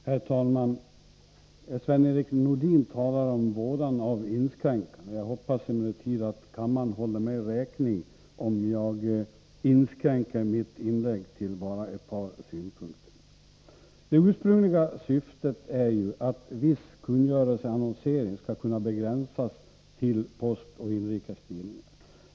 Herr talman! Sven-Erik Nordin talar om vådan av inskränkande. Jag hoppas emellertid att kammaren håller mig räkning för om jag inskränker mitt inlägg till bara ett par synpunkter. Det ursprungliga syftet är att viss kungöringsannonsering skall kunna begränsas till Postoch Inrikes Tidningar.